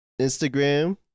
Instagram